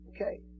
Okay